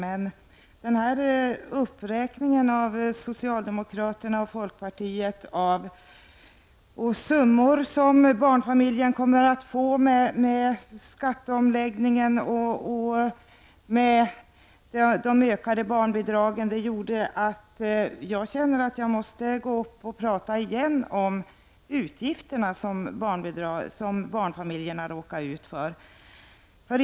Men socialdemokraternas och folkpartisternas uppräkning av summor som barnfamiljerna kommer att få efter skatteomläggningen och ökningen av barnbidragen gjorde att jag kände att jag på nytt var tvungen att gå upp och tala om barnfamiljernas utgifter.